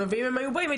אם הם היו באים,